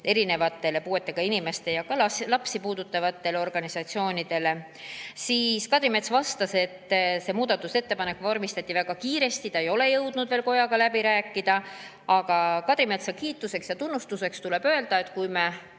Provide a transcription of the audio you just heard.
on puuetega inimeste ja lapsi puudutavate organisatsioonide katusorganisatsioon, siis Kadri Mets vastas, et see muudatusettepanek vormistati väga kiiresti, ta ei ole jõudnud veel kojaga läbi rääkida. Aga Kadri Metsa kiituseks ja tunnustuseks tuleb öelda, et kui me